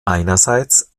einerseits